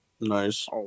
Nice